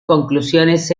conclusiones